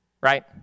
Right